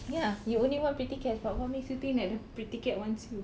ya you only want pretty cats but what makes you think that the pretty cat wants you